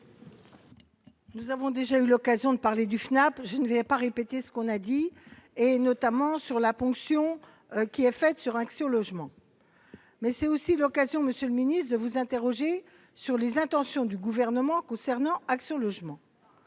Nous avons déjà eu l'occasion de parler du FNAP je ne vais pas répéter ce qu'on a dit et notamment sur la ponction qui est faite sur Action logement mais c'est aussi l'occasion, Monsieur le Ministre, de vous interroger sur les intentions du gouvernement concernant Action logement